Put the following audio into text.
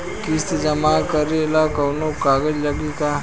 किस्त जमा करे ला कौनो कागज लागी का?